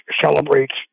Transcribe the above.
celebrates